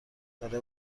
داره